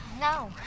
No